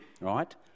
right